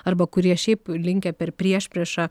arba kurie šiaip linkę per priešpriešą